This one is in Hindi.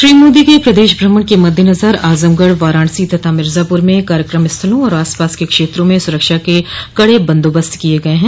श्री मोदी के प्रदेश भ्रमण के मददेनजर आजमगढ़ वाराणसी तथा मिर्जापुर में कार्यक्रम स्थलों और आसपास के क्षेत्रों में सुरक्षा के कड़े बंदोबस्त किये गये हैं